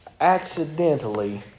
accidentally